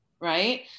right